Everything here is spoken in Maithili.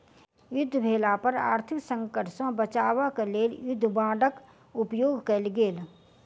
युद्ध भेला पर आर्थिक संकट सॅ बचाब क लेल युद्ध बांडक उपयोग कयल गेल